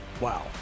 wow